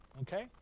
Okay